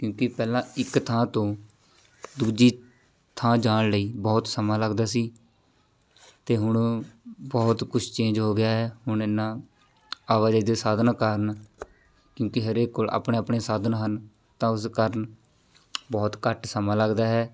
ਕਿਉਂਕਿ ਪਹਿਲਾਂ ਇੱਕ ਥਾਂ ਤੋਂ ਦੂਜੀ ਥਾਂ ਜਾਣ ਲਈ ਬਹੁਤ ਸਮਾਂ ਲੱਗਦਾ ਸੀ ਅਤੇ ਹੁਣ ਬਹੁਤ ਕੁਛ ਚੇਂਜ ਹੋ ਗਿਆ ਹੈ ਹੁਣ ਇਹਨਾਂ ਆਵਾਜਾਈ ਦੇ ਸਾਧਨਾਂ ਕਾਰਨ ਕਿਉਂਕਿ ਹਰੇਕ ਕੋਲ ਆਪਣੇ ਆਪਣੇ ਸਾਧਨ ਹਨ ਤਾਂ ਉਸ ਕਾਰਨ ਬਹੁਤ ਘੱਟ ਸਮਾਂ ਲੱਗਦਾ ਹੈ